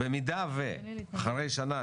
במידה שאחרי שנה,